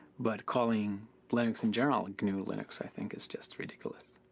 but calling linux in general and gnu linux i think, is just ridiculous.